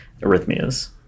arrhythmias